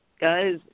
guys